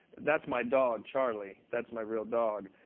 that's my dog, charlie. that's my real dog.